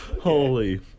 Holy